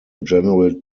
general